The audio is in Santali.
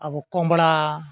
ᱟᱵᱚ ᱠᱚᱢᱲᱟ